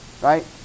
right